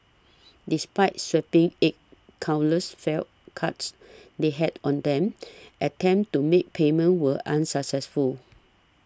despite swiping eight countless felt cards they had on them attempts to make payment were unsuccessful